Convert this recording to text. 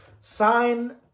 sign